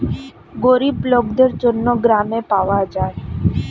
গরিব লোকদের জন্য গ্রামে পাওয়া যায়